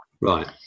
Right